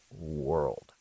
world